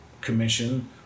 commission